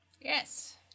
Yes